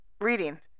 Reading